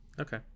okay